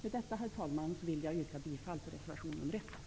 ed detta, herr talman, yrkar jag bifall till reservation nr 1.